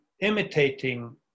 imitating